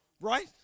Right